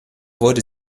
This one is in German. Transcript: wurde